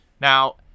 Now